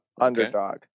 Underdog